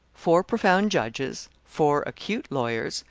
four profound judges, four acute lawyers,